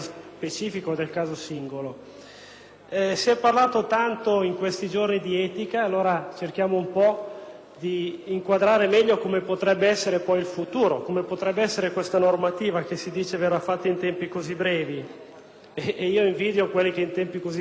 Si è tanto parlato in questi giorni di etica ed allora cerchiamo di inquadrare meglio come potrebbe essere il futuro e quale potrebbe essere la normativa che - si dice - verrà varata in tempi così brevi (ed io invidio coloro che in tempi così brevi riescono a trovare delle soluzioni).